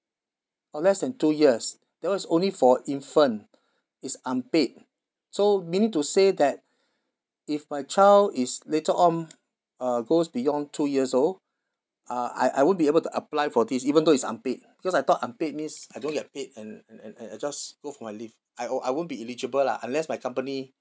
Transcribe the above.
orh less than two years that [one] 's only for infant it's unpaid so meaning to say that if my child is later on uh goes beyond two years old uh I I won't be able to apply for this even though it's unpaid because I thought unpaid means I don't get paid and and and I just go for my leave I won't I won't be eligible lah unless my company